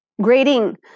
Grading